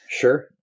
sure